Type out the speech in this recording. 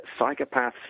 psychopaths